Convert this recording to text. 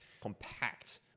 compact